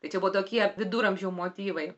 tai čia buvo tokie viduramžių motyvai